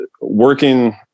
working